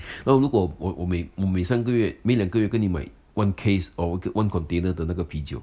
然后如果我我每我每三个月每两个月跟你买 one case or one container 的那个啤酒